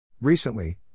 Recently